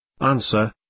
Answer